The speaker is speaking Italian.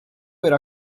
era